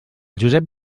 josep